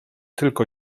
tylko